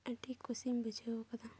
ᱟᱹᱰᱤ ᱠᱩᱥᱤᱧ ᱵᱩᱡᱷᱟᱹᱣ ᱟᱠᱟᱫᱟ